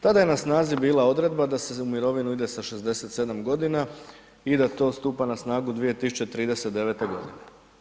Tada je na snazi bila odredba da se za mirovinu ide sa 67 godina i da to stupa na snagu 2039. godine.